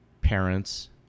parents